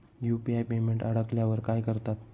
UPI payment अडकल्यावर काय करतात?